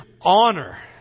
honor